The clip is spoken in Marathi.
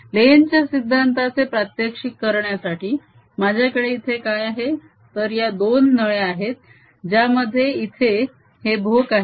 लेन्झ च्या सिद्धांताचे प्रात्यक्षिक करण्यासाठी माझ्याकडे इथे काय आहे तर या दोन नळ्या आहेत ज्यामध्ये इथे हे भोक आहे